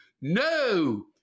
No